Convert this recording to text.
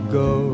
go